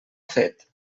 fet